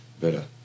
better